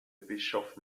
bischof